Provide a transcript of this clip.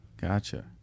Gotcha